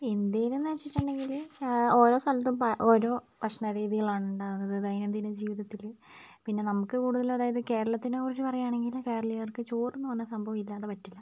ഇന്ത്യയിലെന്ന് വെച്ചിട്ടുണ്ടെങ്കിൽ ഓരോ സ്ഥലത്തും ഇപ്പം ഓരോ ഭക്ഷണരീതികളാണ് ഉണ്ടാവുന്നത് ദൈനംദിന ജീവിതത്തിൽ പിന്നെ നമുക്ക് കൂടുതലും അതായത് കേരളത്തിനെക്കുറിച്ച് പറയുവാണെങ്കിൽ കേരളീയർക്ക് ചോറെന്ന് പറയുന്ന സംഭവം ഇല്ലാതെ പറ്റില്ല